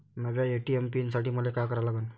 नव्या ATM PIN साठी मले का करा लागन?